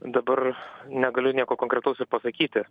dabar negaliu nieko konkretaus ir pasakyti